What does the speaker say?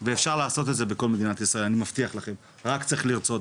ואפשר לעשות את זה בכל מדינת ישראל אני מבטיח לכם רק צריך לרצות,